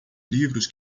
livros